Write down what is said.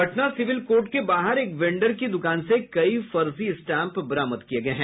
Patna civil court के बाहर एक वेंडर की दुकान से कई फर्जी स्टाम्प बरामद किये गये हैं